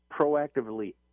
proactively